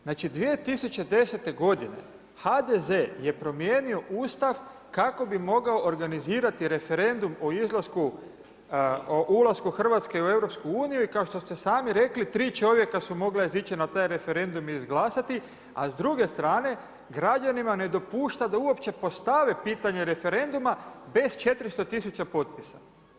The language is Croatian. Znači 2010. g. HDZ je promijenio Ustav kako bi mogao organizirati referendum o izlasku, o ulasku Hrvatske u EU, i kao što ste sami rekli,3 čovjeka su mogla izići na taj referendum i izglasati, a s druge strane građanima ne dopušta da uopće postave pitanje referenduma bez 400000 potpisa.